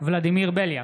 ולדימיר בליאק,